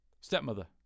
stepmother